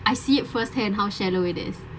I see it first hand how shallow it is